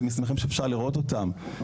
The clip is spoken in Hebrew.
זה מסמכים שאפשר לראות אותם,